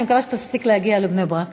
אני מקווה שתספיק להגיע לבני-ברק.